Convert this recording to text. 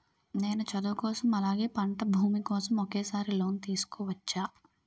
నేను చదువు కోసం అలాగే పంట భూమి కోసం ఒకేసారి లోన్ తీసుకోవచ్చా?